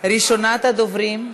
ראשונת הדוברים,